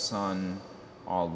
son all